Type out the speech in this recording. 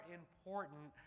important